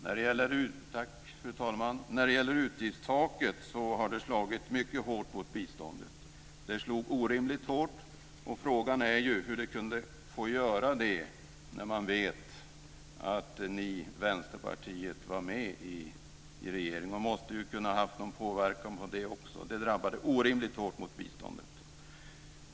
Fru talman! Utgiftstaket har slagit mycket hårt mot biståndet. Det slog orimligt hårt. Frågan är hur det kunde få göra det när man vet att ni i Vänsterpartiet var med i samarbetet med regeringen. Nog måste ni ha kunnat ha någon påverkan på det också. Det drabbade biståndet orimligt hårt.